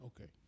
Okay